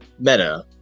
Meta